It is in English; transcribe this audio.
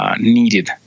needed